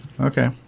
Okay